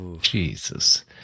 Jesus